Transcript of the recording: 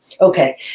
Okay